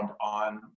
on